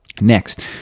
Next